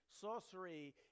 sorcery